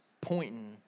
pointing